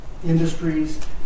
industries